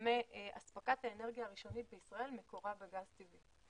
מאספקת האנרגיה הראשונית בישראל מקורה בגז טבעי.